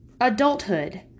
adulthood